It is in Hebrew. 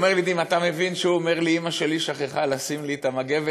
ואומר לי דימה: אתה מבין שהוא אומר לי: אימא שלי שכחה לשים לי את המגבת,